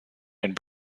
and